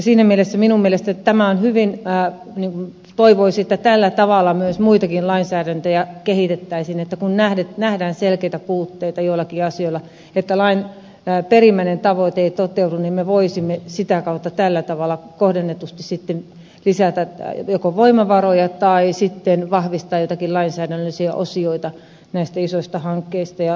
siinä mielessä minun mielestä tämä on hyvin ottaa toivoisi että tällä tavalla myös muitakin lainsäädäntöjä kehitettäisiin että kun nähdään selkeitä puutteita joissakin asioissa että lain perimmäinen tavoite ei toteudu me voisimme sitä kautta tällä tavalla kohdennetusti lisätä joko voimavaroja tai sitten vahvistaa joitakin lainsäädännöllisiä osioita näistä isoista hankkeista ja lainsäädännöistä